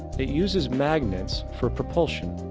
it uses magnets for propulsion.